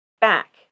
back